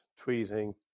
tweeting